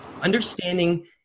understanding